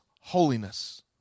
holiness